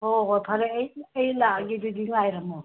ꯍꯣ ꯍꯣꯏ ꯐꯔꯦ ꯑꯩ ꯂꯥꯛꯑꯒꯦ ꯑꯗꯨꯗꯤ ꯉꯥꯏꯔꯝꯃꯣ